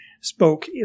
spoke